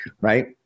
Right